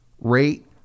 rate